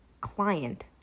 client